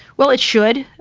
well, it should.